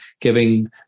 giving